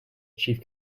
chief